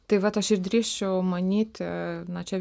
tai vat aš ir drįsčiau manyti na čia